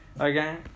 okay